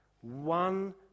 One